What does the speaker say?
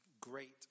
great